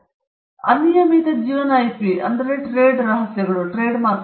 ಇನ್ನೊಬ್ಬರು ಅನಿಯಮಿತ ಜೀವನ ಐಪಿ ಟ್ರೇಡ್ ರಹಸ್ಯಗಳು ಟ್ರೇಡ್ಮಾರ್ಕ್ಗಳು